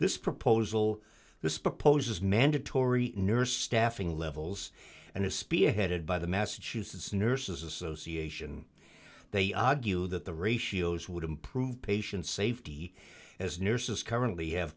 this proposal this proposes mandatory nurse staffing levels and is spearheaded by the massachusetts nurses association they argue that the ratios would improve patient safety as nurses currently have